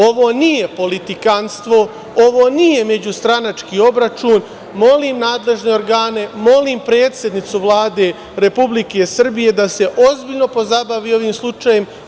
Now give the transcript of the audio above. Ovo nije politikanstvo, ovo nije međustranački obračun, molim nadležne organe, molim, predsednicu Vlade Republike Srbije da se ozbiljno pozabavim ovim slučajem.